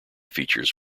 features